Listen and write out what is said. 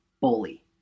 bully